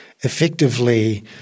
effectively